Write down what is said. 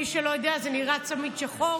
מי שלא יודע, זה נראה צמיד שחור